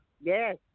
Yes